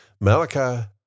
Malachi